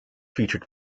featured